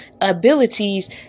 abilities